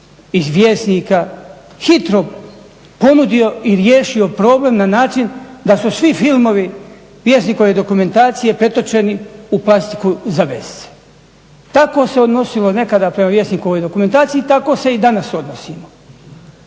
iz Vjesnika hitro ponudio i riješio problem na način da su svi filmovi Vjesnikove dokumentacije pretočeni u plastiku za vezice. Tako se odnosilo nekada prema Vjesnikovoj dokumentaciji tako se i danas odnosimo.